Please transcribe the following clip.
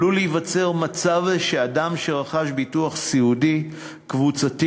עלול להיווצר מצב שאדם שרכש ביטוח סיעודי קבוצתי